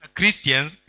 Christians